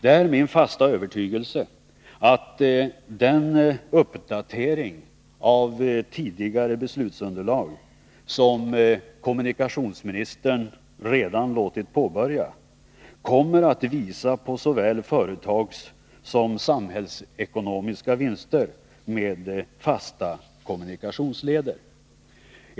Det är min fasta övertygelse att den uppdatering av tidigare beslutsunderlag som kommunikationsministern redan låtit påbörja kommer att visa på såväl företagssom samhällsekonomiska vinster med fasta kommunikationsleder.